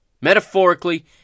Metaphorically